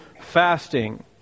fasting